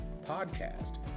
podcast